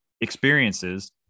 experiences